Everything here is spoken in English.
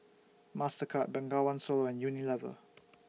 Mastercard Bengawan Solo and Unilever